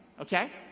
Okay